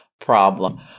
problem